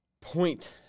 point